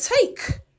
take